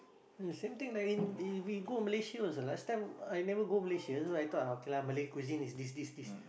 same thing like if we go Malaysia also last time I never go Malaysia then I thought okay lah Malay cuisine is this this this